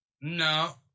No